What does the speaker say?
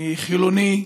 אני חילוני,